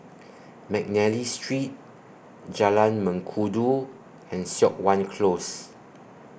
Mcnally Street Jalan Mengkudu and Siok Wan Close